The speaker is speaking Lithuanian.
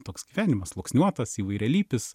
toks gyvenimas sluoksniuotas įvairialypis